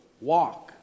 walk